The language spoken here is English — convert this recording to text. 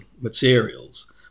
materials